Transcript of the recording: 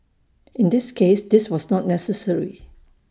in this case this was not necessary